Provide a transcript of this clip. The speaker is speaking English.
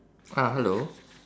ah hello